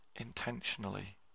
intentionally